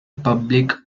public